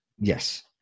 yes